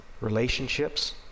relationships